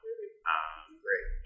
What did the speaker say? Great